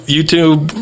YouTube